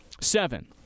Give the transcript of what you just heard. Seven